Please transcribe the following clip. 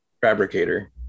fabricator